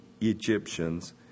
Egyptians